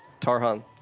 Tarhan